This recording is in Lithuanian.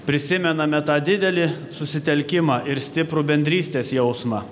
prisimename tą didelį susitelkimą ir stiprų bendrystės jausmą